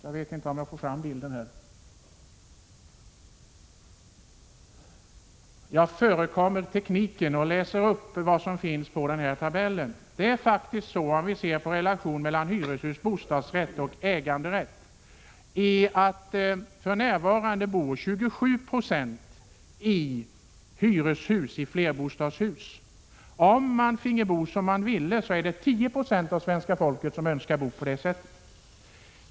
Om vi ser på relationen mellan hyresrätt, bostadsrätt och äganderätt, finner vi att 27 96 för närvarande bor i hyreshus — i flerfamiljshus. Om man finge bo som man ville, skulle 10 96 av svenska folket bo på det sättet.